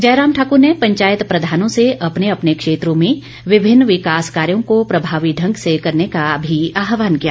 जयराम ठाकर ने पंचायत प्रधानों से अपने अपने क्षेत्रों में विभिन्न विकास कार्यों को प्रभावी ढंग से करने का भी आहवान ैकिया